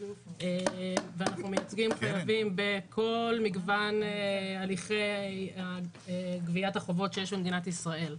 אנחנו מייצגים חייבים בכל מגוון הליכי גביית החובות שיש במדינת ישראל.